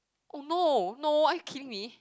oh no no are you kidding me